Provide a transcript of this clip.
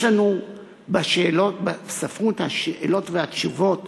יש לנו בספרות השאלות והתשובות